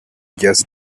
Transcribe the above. just